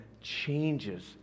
changes